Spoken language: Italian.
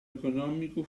economico